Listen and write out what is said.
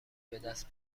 بدست